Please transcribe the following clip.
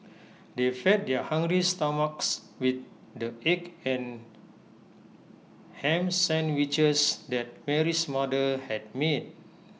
they fed their hungry stomachs with the egg and Ham Sandwiches that Mary's mother had made